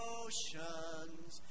oceans